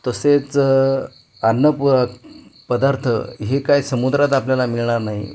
तसेच अन्नपू पदार्थ हे काय समुद्रात आपल्याला मिळणार नाही